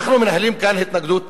אנחנו מנהלים כאן התנגדות פוליטית,